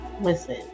listen